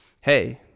hey